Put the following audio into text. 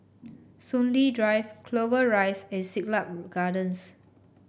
Soon Lee Drive Clover Rise and Siglap Gardens